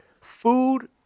food